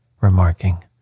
remarking